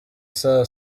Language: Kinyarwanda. saa